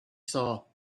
saw